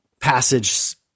passage